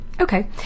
Okay